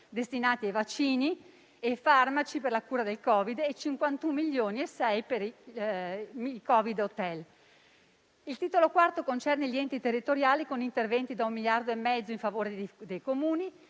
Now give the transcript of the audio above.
destinati ai vaccini e farmaci per la cura del Covid e 51,6 milioni per i Covid hotel. Il titolo IV concerne gli enti territoriali con interventi da 1,5 miliardi in favore dei Comuni,